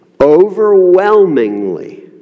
overwhelmingly